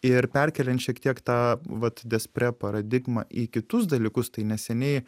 ir perkeliant šiek tiek tą vat despre paradigmą į kitus dalykus tai neseniai